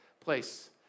place